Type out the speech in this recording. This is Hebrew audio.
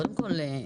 קודם כל,